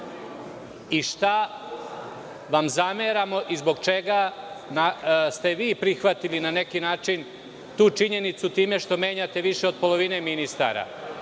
i šta vam zameramo i zbog čega ste vi prihvatili, na neki način, tu činjenicu time što menjate više od polovine ministara.